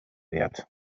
wert